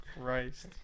Christ